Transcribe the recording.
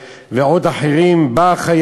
בך,